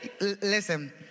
listen